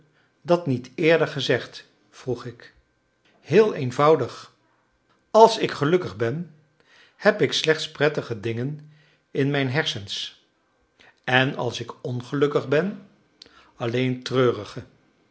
dat niet eerder gezegd vroeg ik heel eenvoudig als ik gelukkig ben heb ik slechts prettige dingen in mijn hersens en als ik ongelukkig ben alleen treurige